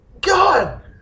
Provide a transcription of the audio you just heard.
God